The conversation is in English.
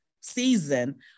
season